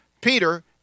Peter